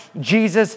Jesus